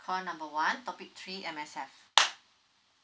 call number one topic three M_S_F